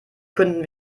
könnten